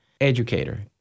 educator